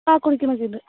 ആ കുളിക്കണൊക്കെയുണ്ട്